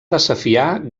desafiar